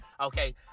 okay